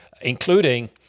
including